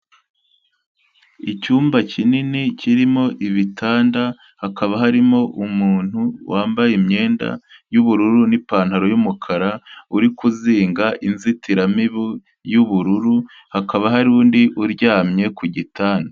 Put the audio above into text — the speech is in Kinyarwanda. Icyumba kinini kirimo ibitanda, hakaba harimo umuntu wambaye imyenda y'ubururu n'ipantaro y'umukara, uri kuzinga inzitiramibu y'ubururu, hakaba hari undi uryamye ku gitanda.